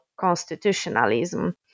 constitutionalism